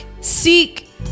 seek